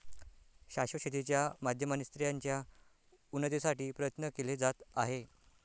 शाश्वत शेती च्या माध्यमाने स्त्रियांच्या उन्नतीसाठी प्रयत्न केले जात आहे